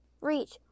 Reach